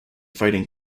fighting